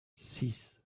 sis